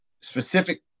specific